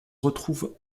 retrouve